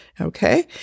Okay